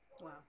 Wow